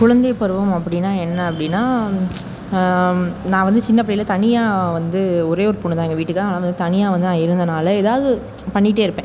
குழந்தைப்பருவம் அப்படின்னா என்ன அப்படின்னா நான் வந்து சின்ன பிள்ளையில் தனியாக வந்து ஒரே ஒரு பொண்ணு தான் எங்கள் வீட்டுக்கு அதனால் தனியாக வந்து நான் இருந்ததினால ஏதாவது பண்ணிகிட்டே இருப்பேன்